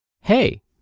hey